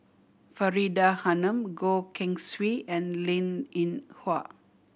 Faridah Hanum Goh Keng Swee and Linn In Hua